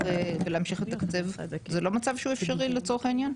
ולהמשיך לתקצב הוא לא מצב שהוא אפשרי לצורך העניין?